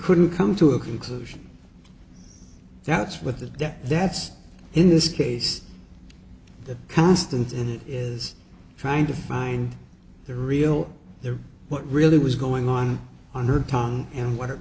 couldn't come to a conclusion that's with the death that's in this case the constant and is trying to find the real there what really was going on on her tongue and what it